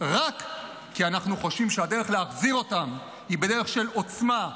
רק כי אנחנו חושבים שהדרך להחזיר אותם היא בדרך של עוצמה,